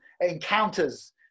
encounters